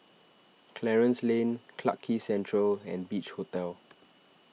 Clarence Lane Clarke Quay Central and Beach Hotel